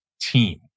team